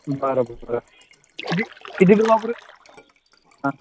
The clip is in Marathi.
बरं बरं किती किती दिवस वापरायची हां